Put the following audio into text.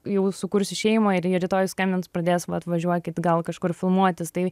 jau sukursiu šeimą ir ir rytoj skambins pradės va atvažiuokit gal kažkur filmuotis tai